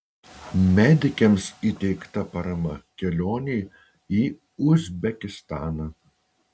medikėms įteikta parama kelionei į uzbekistaną